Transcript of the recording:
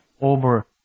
over